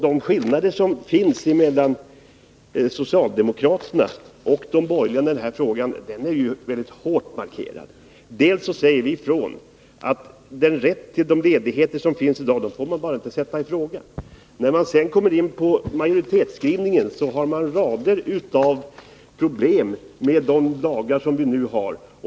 De skillnader som finns mellan socialdemokraterna och de borgerliga i den här frågan är väldigt hårt markerade. Vi säger: Den rätt till ledighet som finns i dag får bara inte sättas i fråga. Men enligt majoritetens skrivning finns det en rad av problem med de lagar som vi nu har.